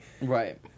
right